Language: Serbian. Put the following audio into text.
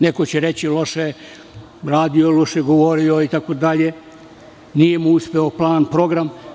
Neko će reći - loše je radio, loše je govorio, itd, nije im uspeo plan, program.